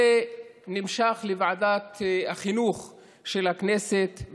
בוועדת החינוך של הכנסת,